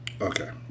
Okay